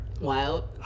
Wild